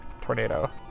tornado